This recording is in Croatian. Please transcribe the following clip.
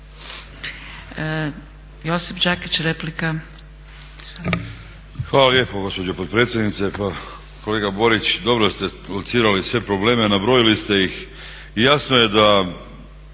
Josip Đakić, replika.